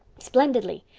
splendidly.